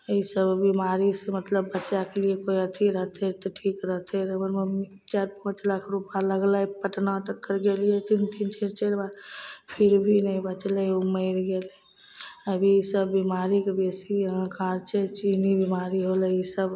एहिसँ बीमारीसँ मतलब बच्चाके लिए कोइ अथी रहतै तऽ ठीक रहतै हमर मम्मीके चारि पाँच लाख रूपा लगलै पटना तक करबेलिए तीन तीन चारि चारि बार फिर भी नहि बचलै ओ मरि गेलै अब ईसब बिमारीके बेसी हाहाकार छै चीनी बीमारी होलै ईसब